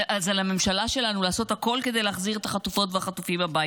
אז על הממשלה שלנו לעשות הכול כדי להחזיר את החטופים הביתה.